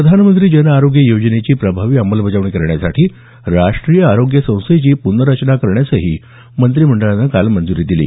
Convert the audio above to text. प्रधानमंत्री जन आरोग्य योजनेची प्रभावी अंमलबजावणी करण्यासाठी राष्ट्रीय आरोग्य संस्थेची पुनर्रचना करण्यास मंत्रिमडळानं काल मंजुरी दिली